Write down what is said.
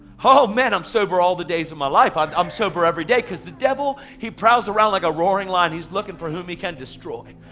oh man, i'm sober all the days of my life. i'm i'm sober every day cause the devil, he prowls around like a roaring lion. he's looking for whom he can destroy.